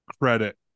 credit